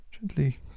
Gently